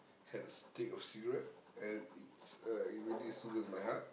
had a stick of cigarette and it's uh really soothes my heart